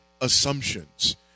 assumptions